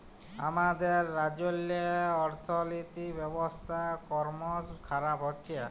আমাদের রাজ্যেল্লে আথ্থিক ব্যবস্থা করমশ খারাপ হছে